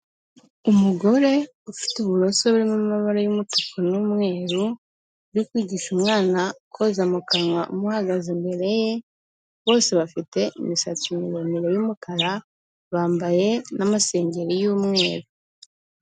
Umugore ufite uburoso burimo amabara y'umutuku n'umweru, uri kwigisha umwana koza mu kanwa umuhagaze imbere ye, bose bafite imisatsi miremire y'umukara, bambaye n'amasengeri y'umweru.